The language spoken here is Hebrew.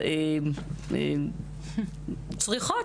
--- צריכות.